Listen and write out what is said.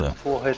yeah for